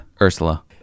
Ursula